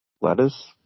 Lettuce